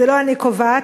זה לא אני קובעת,